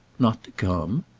not to come?